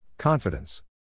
Confidence